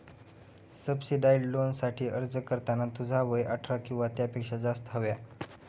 subsidised लोनसाठी अर्ज करताना तुझा वय अठरा किंवा त्यापेक्षा जास्त हव्या